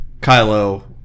Kylo